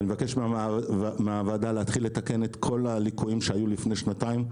ואני מבקש מהוועדה להתחיל לתקן את כל הליקויים שהיו לפני שנתיים,